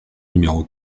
numéro